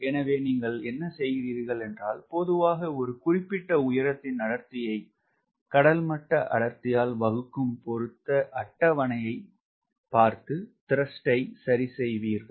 எனவே நீங்கள் என்ன செய்கிறீர்கள் என்றால் பொதுவாக ஒரு குறிப்பிட்ட உயரத்தின் அடர்த்தியை கடல் மட்ட அடர்த்தியால் வகுக்கும் பொருத்த அட்டவணையை பார்த்து த்ரஸ்ட் ஐ சரி செய்யுங்கள்